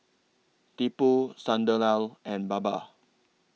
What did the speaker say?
Tipu Sunderlal and Baba